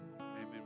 Amen